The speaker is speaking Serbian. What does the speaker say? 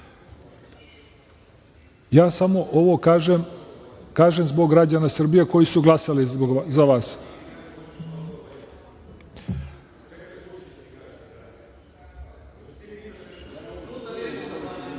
Samo ovo kažem zbog građana Srbije koji su glasali za vas. Ali,